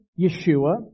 Yeshua